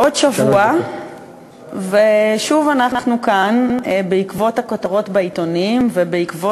עוד שבוע ושוב אנחנו כאן בעקבות הכותרות בעיתונים ובעקבות